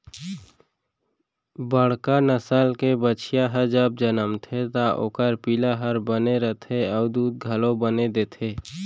बड़का नसल के बछिया ह जब जनमथे त ओकर पिला हर बने रथे अउ दूद घलौ बने देथे